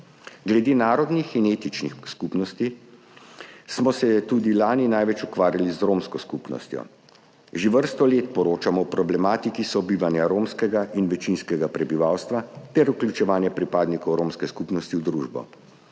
Glede narodnih in etničnih skupnosti smo se tudi lani največ ukvarjali z romsko skupnostjo. Že vrsto let poročamo o problematiki sobivanja romskega in večinskega prebivalstva ter vključevanja pripadnikov romske skupnosti v družbo.